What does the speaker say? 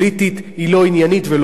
לא עניינית ולא מקצועית.